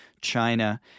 China